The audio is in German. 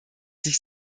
sich